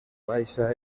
baixa